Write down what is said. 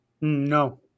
No